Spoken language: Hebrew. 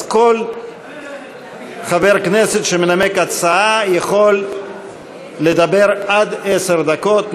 כל חבר כנסת שמנמק הצעה יכול לדבר עד עשר דקות.